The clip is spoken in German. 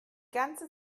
ganze